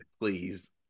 please